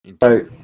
Right